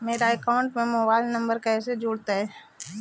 मेरा अकाउंटस में mobile number कैसे जुड़उ?